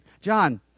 John